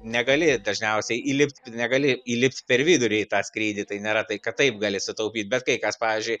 negali dažniausiai įlipt negali įlipt per vidurį į tą skrydį tai nėra tai kad taip gali sutaupyt bet kai kas pavyžiui